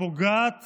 פוגעת